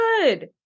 good